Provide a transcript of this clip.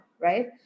right